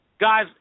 guys